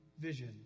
vision